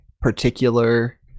particular